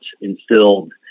instilled